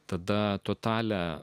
tada totalią